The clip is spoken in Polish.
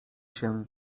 się